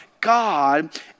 God